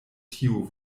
tiu